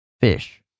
fish